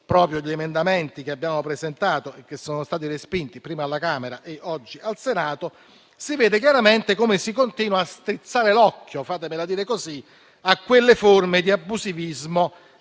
gli stessi emendamenti che abbiamo presentato e che sono stati respinti, prima alla Camera e oggi qui in Senato - si vede chiaramente come si continua a strizzare l'occhio, fatemi dire così, a quelle forme di abusivismo